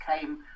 came